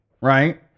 right